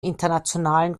internationalen